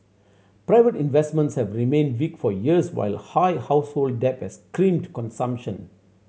private investments have remained weak for years while high household debts crimped consumption